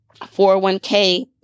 401k